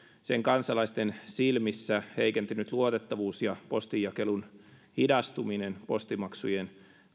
sen kansalaisten silmissä heikentynyt luotettavuus ja postinjakelun hidastuminen postimaksujen